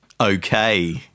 Okay